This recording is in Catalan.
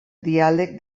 diàleg